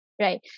right